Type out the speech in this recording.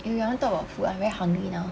eh eh you want talk about food I very hungry now